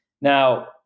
Now